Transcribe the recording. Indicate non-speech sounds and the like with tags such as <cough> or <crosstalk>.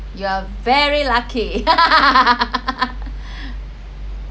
you are very lucky <laughs>